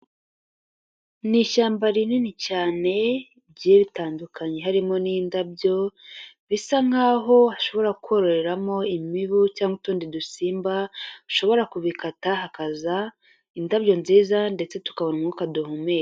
Ni ishyamba rinini cyane rigiye ritandukanye harimo n'indabyo, bisa nkaho hashobora kororamo imibu cyangwa utundi dusimba, ushobora kubikata hakaza indabyo nziza ndetse tukabona umwuka duhumeka.